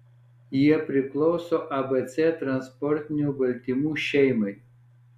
jie priklauso abc transportinių baltymų šeimai